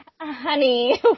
honey